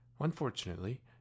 Unfortunately